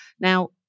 Now